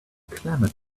clamored